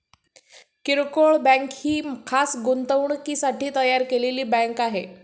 किरकोळ बँक ही खास गुंतवणुकीसाठी तयार केलेली बँक आहे